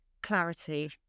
clarity